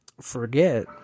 forget